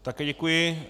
Také děkuji.